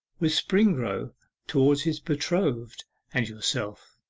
with springrove towards his betrothed and yourself,